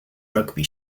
rugby